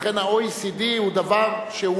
לכן ה-OECD הוא דבר,